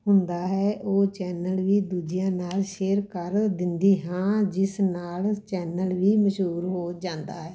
ਹੁੰਦਾ ਹੈ ਉਹ ਚੈਨਲ ਵੀ ਦੂਜਿਆਂ ਨਾਲ ਸ਼ੇਅਰ ਕਰ ਦਿੰਦੀ ਹਾਂ ਜਿਸ ਨਾਲ ਚੈਨਲ ਵੀ ਮਸ਼ਹੂਰ ਹੋ ਜਾਂਦਾ ਹੈ